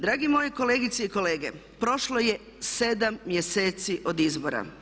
Dragi moji kolegice i kolege, prošlo je 7 mjeseci od izbora.